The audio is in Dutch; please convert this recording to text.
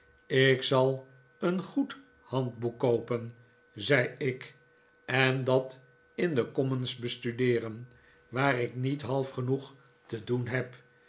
ik zal een goed handboek koopen zei ik en dat in de commons bestudeeren waar ik niet half genoeg te doen heb